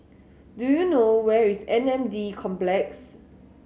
do you know where is M N D Complex